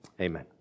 Amen